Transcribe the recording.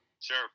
sure